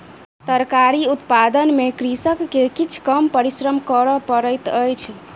तरकारी उत्पादन में कृषक के किछ कम परिश्रम कर पड़ैत अछि